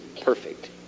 perfect